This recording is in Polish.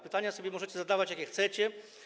Pytania sobie możecie zadawać, jakie chcecie.